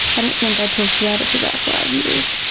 i don't think i talked about it for about five years,